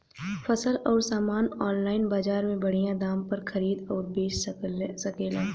फसल अउर सामान आनलाइन बजार में बढ़िया दाम पर खरीद अउर बेचल जा सकेला